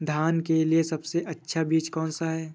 धान के लिए सबसे अच्छा बीज कौन सा है?